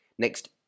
Next